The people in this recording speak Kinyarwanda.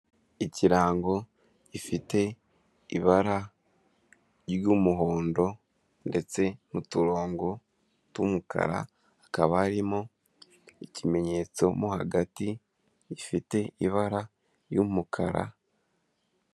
Ikirango gifite ibara ry'umuhondo ndetse n'uturongo tw'umukara, akaba arimo ikimenyetso mu hagati rifite ibara ry'umukara.